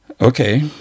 okay